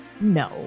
No